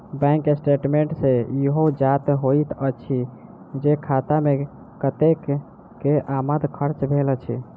bank statement सॅ ईहो ज्ञात होइत अछि जे खाता मे कतेक के आमद खर्च भेल अछि